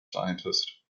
scientist